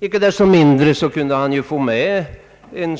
Icke desto mindre kunde han få med en